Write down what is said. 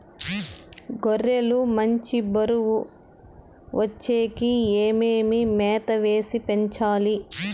గొర్రె లు మంచి బరువు వచ్చేకి ఏమేమి మేత వేసి పెంచాలి?